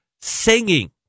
singing